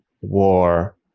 war